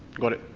got it.